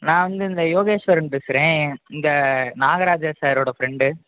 நான் வந்து இந்த யோகேஷ்வரன் பேசுகிறேன் எ இந்த நாகராஜா சாரோடய ஃப்ரெண்டு